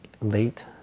late